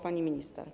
Pani Minister!